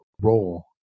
role